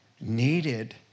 needed